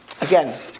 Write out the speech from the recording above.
again